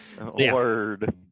Word